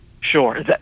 Sure